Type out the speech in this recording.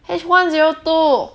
H one zero two